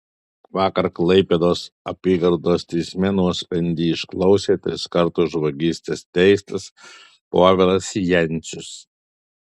vakar klaipėdos apygardos teisme nuosprendį išklausė triskart už vagystes teistas povilas jencius